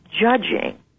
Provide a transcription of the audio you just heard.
judging